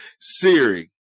Siri